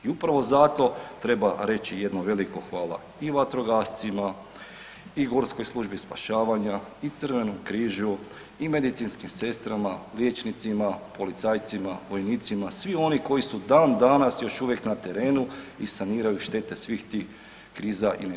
I upravo zato treba reći jedno veliko hvala i vatrogascima i gorskoj službi spašavanja i Crvenom križu i medicinskim sestrama, liječnicima, policajcima, vojnicima, svi oni koji su dan danas još uvijek na terenu i saniraju štete svih tih kriza i nedaća.